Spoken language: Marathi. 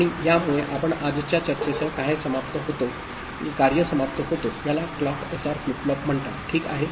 आणि यामुळे आपण आजच्या चर्चेसह काय समाप्त होतो याला क्लॉक एसआर फ्लिप फ्लॉप म्हणतात ठीक आहे